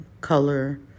color